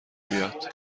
بیاد